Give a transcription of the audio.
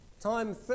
Time